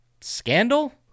scandal